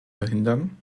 verhindern